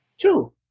Two